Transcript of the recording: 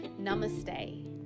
Namaste